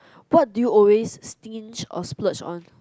what do you always stinge or splurge on